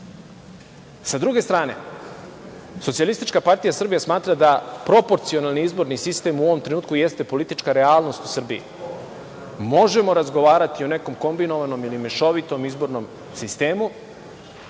druge strane, SPS smatra da proporcionalni izborni sistem u ovom trenutku jeste politička realnost u Srbiji. Možemo o razgovarati o nekom kombinovanom ili mešovitom izbornom sistemu,